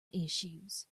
issues